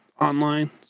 online